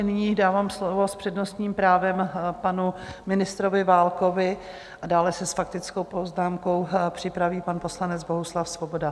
Nyní dávám slovo s přednostním právem panu ministrovi Válkovi a dále se s faktickou poznámkou připraví pan poslanec Bohuslav Svoboda.